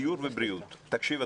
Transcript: דיור ובריאות תקשיב,